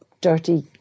dirty